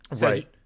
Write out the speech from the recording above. Right